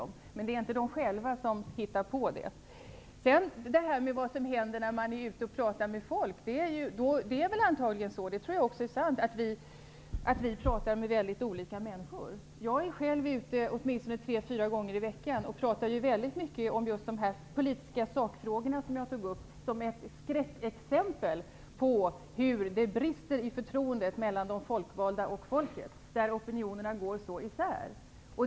Men det är inte de själva som hittar på det. Det är antagligen sant att när vi är ute och pratar med människor, pratar vi med mycket olika människor. Jag är själv ute åtminstone tre eller fyra gånger i veckan och pratar väldigt mycket om just de politiska sakfrågor som jag tog upp, som ett skräckexempel på hur det brister i förtroendet mellan de folkvalda och folket. Där går opinionerna i sär.